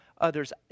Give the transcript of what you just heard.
others